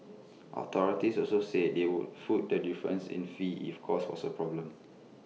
authorities also said they would foot the difference in fees if cost was A problem